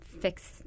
fix